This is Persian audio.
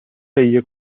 تهیه